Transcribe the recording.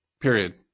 Period